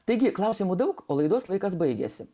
taigi klausimų daug o laidos laikas baigėsi